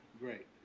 great